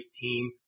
team